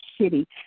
city